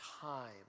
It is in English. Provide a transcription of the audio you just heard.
time